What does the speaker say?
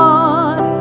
God